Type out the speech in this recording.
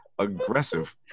Aggressive